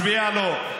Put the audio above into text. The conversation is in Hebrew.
הצביע לו?